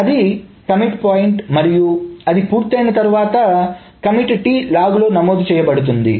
అది commit point మరియు అది పూర్తయిన తర్వాతcommitT లాగ్ లో నమోదు చేయబడుతుంది